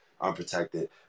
unprotected